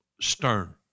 stern